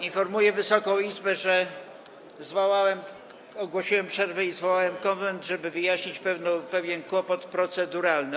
Informuję Wysoką Izbę, że ogłosiłem przerwę i zwołałem Konwent, żeby wyjaśnić pewien kłopot proceduralny.